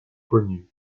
connu